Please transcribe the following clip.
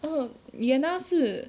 oh liana 是